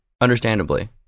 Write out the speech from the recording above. Understandably